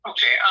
Okay